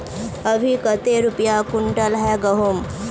अभी कते रुपया कुंटल है गहुम?